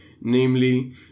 namely